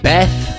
Beth